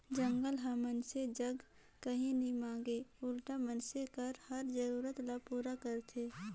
जंगल हर मइनसे जग काही नी मांगे उल्टा मइनसे कर हर जरूरत ल पूरा करथे